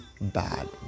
bad